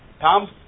Tom